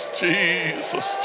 jesus